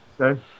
Okay